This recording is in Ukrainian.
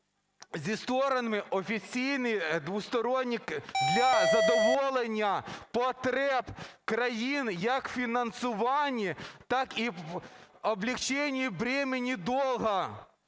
зі сторонами, офіційні двосторонні для задоволення потреб країни як у фінансуванні, так і в облегчении бремени долга.